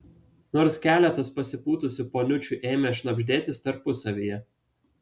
nors keletas pasipūtusių poniučių ėmė šnabždėtis tarpusavyje